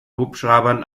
hubschraubern